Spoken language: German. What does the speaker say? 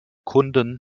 kunden